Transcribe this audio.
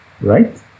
right